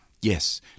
Yes